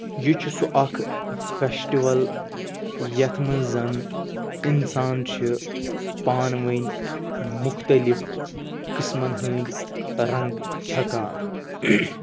یہِ چھُ سُہ اکھ فٮ۪سٹِوَل طفعستیوالظ یَتھ منٛز زَن اِنسان چھُ پانہٕ ؤنۍ مُختٔلِف قٕسمَن ہٕندۍ رَنگ چھَکان